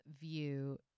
view